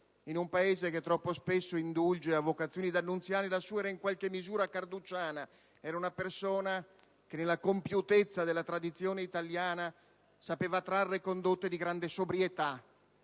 in un Paese che troppo spesso indulge a vocazioni dannunziane, la sua vocazione era in qualche misura carducciana. Era una persona che nella compiutezza della tradizione italiana sapeva trarre condotte di grande sobrietà,